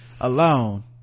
alone